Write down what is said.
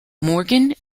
morgan